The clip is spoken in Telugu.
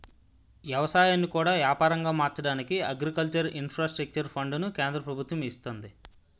ఎవసాయాన్ని కూడా యాపారంగా మార్చడానికి అగ్రికల్చర్ ఇన్ఫ్రాస్ట్రక్చర్ ఫండును కేంద్ర ప్రభుత్వము ఇస్తంది